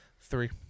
Three